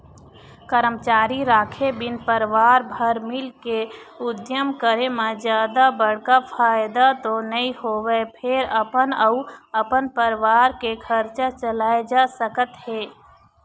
करमचारी राखे बिन परवार भर मिलके उद्यम करे म जादा बड़का फायदा तो नइ होवय फेर अपन अउ अपन परवार के खरचा चलाए जा सकत हे